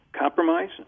compromise